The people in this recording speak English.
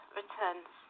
returns